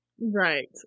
Right